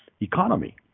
economy